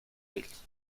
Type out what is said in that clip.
hills